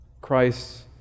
Christ